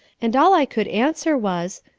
and all i could answer was,